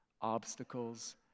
obstacles